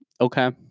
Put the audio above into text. Okay